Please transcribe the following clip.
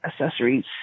accessories